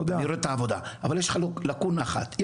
אני רואה את העבודה אבל יש לקונה אחת.